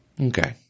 okay